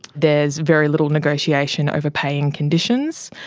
there's very little negotiation over paying conditions.